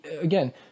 again